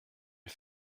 est